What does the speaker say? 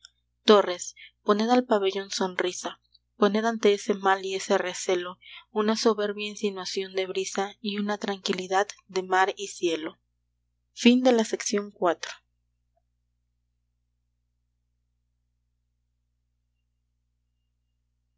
torres poned al pabellón sonrisa poned ante ese mal y ese recelo una soberbia insinuación de brisa y una tranquilidad de mar y cielo x